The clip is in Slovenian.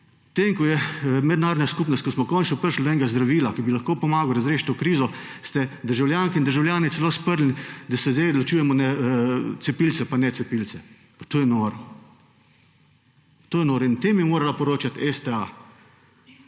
ko smo končno prišli do enega zdravila, ki bi lahko pomagal razrešit to krizo, ste državljanke in državljane celo sprli, da se zdaj ločujemo na cepilce in necepilce. Pa to je noro. In o tem je morala poročati STA.